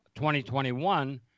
2021